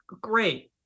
Great